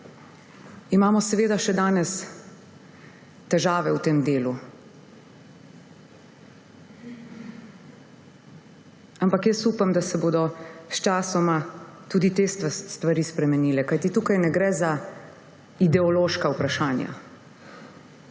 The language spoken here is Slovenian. imamo seveda še danes težave v tem delu. Ampak jaz upam, da se bodo sčasoma tudi te stvari spremenile, kajti tukaj ne gre za ideološka vprašanja.